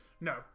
no